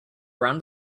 around